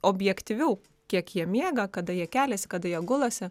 objektyviau kiek jie miega kada jie keliasi kada jie gulasi